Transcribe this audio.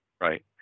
Right